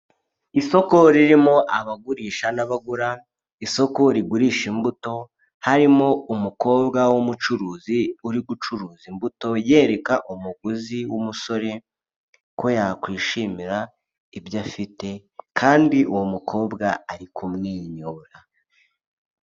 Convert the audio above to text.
Isoko ririmo abagurisha n'abagura, isoko rigurisha imbuto, harimo umukobwa w'umucuruzi uri gucuruza imbuto, yereka umuguzi w'umusore ko yakwishimira ibyo afite, kandi uwo mukobwa ari kumwenyura.